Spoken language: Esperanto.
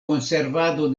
konservado